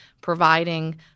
providing